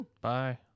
Bye